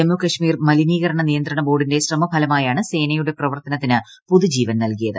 ജമ്മു കാശ്മീർ മലിനീകരണ നിയന്ത്രണ ബോർഡിന്റെ ശ്രമഫലമായാണ് സേനയുടെ പ്രവർത്തനത്തിന് പുതുജീവൻ നൽകിയത്